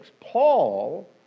Paul